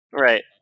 Right